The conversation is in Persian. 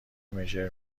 مژر